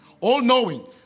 All-knowing